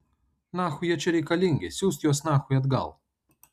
nachui jie čia reikalingi siųst juos nachui atgal